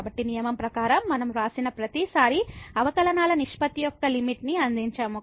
కాబట్టి నియమం ప్రకారం మనం వ్రాసిన ప్రతిసారీ అవకలనాల నిష్పత్తి యొక్క లిమిట్ ని అందించాము